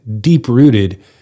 deep-rooted